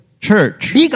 Church